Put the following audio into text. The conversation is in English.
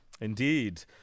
indeed